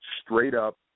straight-up